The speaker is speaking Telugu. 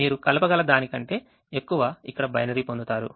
మీరు కలపగల దానికంటే ఎక్కువ ఇక్కడ బైనరీ పొందుతారు